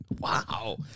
Wow